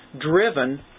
driven